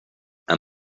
and